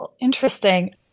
Interesting